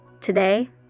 Today